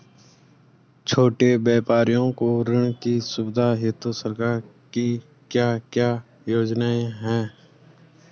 छोटे व्यापारियों को ऋण की सुविधा हेतु सरकार की क्या क्या योजनाएँ हैं?